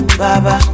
baba